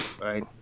right